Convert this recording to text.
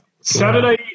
Saturday